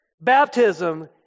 baptism